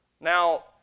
Now